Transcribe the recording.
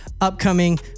upcoming